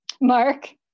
Mark